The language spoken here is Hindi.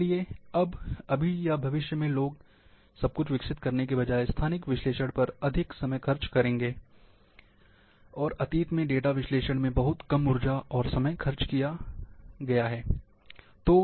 इसलिए अभी या भविष्य में लोग सब कुछ विकसित करने के बजाय स्थानिक विश्लेषण पर अधिक समय खर्च करेंगे और अतीत में डेटा विश्लेषण में बहुत कम ऊर्जा और समय खर्च किया गया है